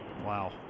Wow